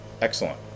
Excellent